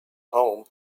home